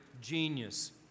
genius